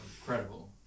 incredible